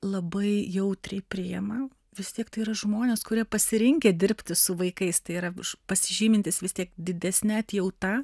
labai jautriai priima vis tiek tai yra žmonės kurie pasirinkę dirbti su vaikais tai yra už pasižymintys vis tiek didesne atjauta